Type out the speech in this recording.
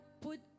put